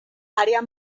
área